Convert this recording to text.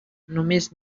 només